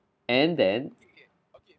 and then